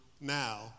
now